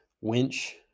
winch